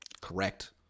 Correct